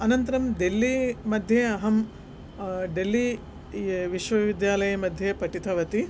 अनन्तरं देल्लिमध्ये अहं डेल्लि इ विश्वविद्यालये मध्ये पठितवती